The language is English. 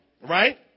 right